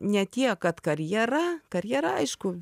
ne tiek kad karjera karjera aišku